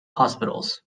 hospitals